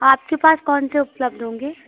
आपके पास कौनसे उपलब्ध होंगे